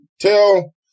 Tell